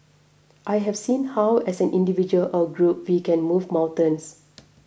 I have seen how as an individual or a group we can move mountains